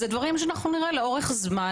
זה דברים שנראה לאורך זמן,